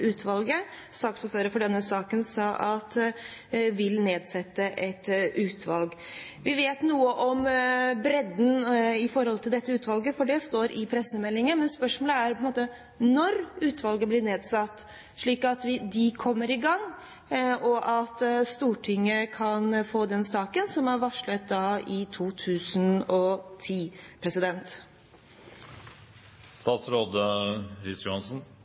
utvalget. Saksordføreren for denne saken sa at man «vil setje ned eit utval». Vi vet noe om bredden i forhold til dette utvalget, for det står i pressemeldingen, men spørsmålet er når utvalget blir nedsatt, slik at det kommer i gang og Stortinget kan få den saken som ble varslet i 2010.